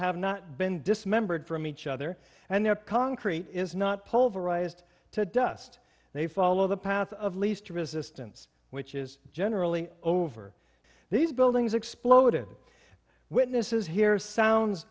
have not been dismembered from each other and the concrete is not pulverized to dust they follow the path of least resistance which is generally over these buildings exploded witnesses hear sounds